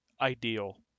ideal